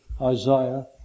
Isaiah